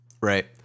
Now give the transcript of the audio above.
Right